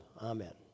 Amen